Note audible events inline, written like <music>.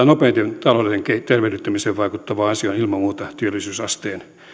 <unintelligible> nopeiten talouden tervehdyttämiseen vaikuttava asia on ilman muuta työllisyysasteen